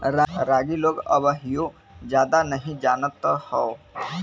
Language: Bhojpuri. रागी लोग अबहिओ जादा नही जानत हौ